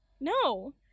No